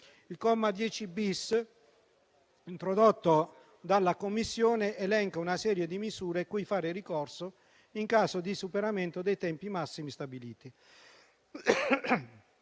Il comma 10-*bis*, introdotto dalla Commissione, elenca una serie di misure cui fare ricorso in caso di superamento dei tempi massimi stabiliti.